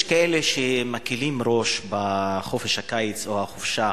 יש כאלה שמקלים ראש בחופש הקיץ או החופשה,